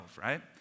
right